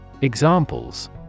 Examples